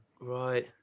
right